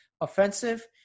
offensive